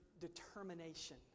determination